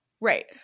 right